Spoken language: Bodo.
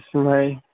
आसु माइ